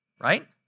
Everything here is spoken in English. right